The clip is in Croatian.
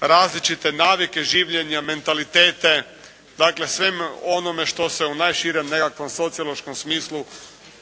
različite navike življenja, mentalitete, dakle svem onome što se u najširem nekakvom sociološkom smislu